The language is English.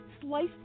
sliced